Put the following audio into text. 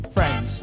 Friends